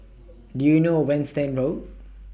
Do YOU know Winstedt Road